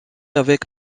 avec